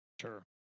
Sure